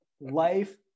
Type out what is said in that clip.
Life